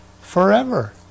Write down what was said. forever